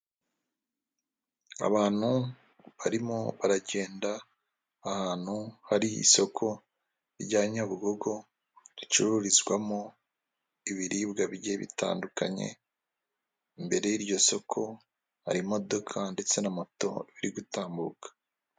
Abantu barimo baragenda ahantu hari isoko rya nyabugogo, ricururizwamo ibiribwa bigiye bitandukanye, imbere yiryo soko har' imodoka ndetse na moto biri gutambuka.